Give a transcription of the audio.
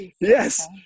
Yes